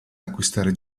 acquistare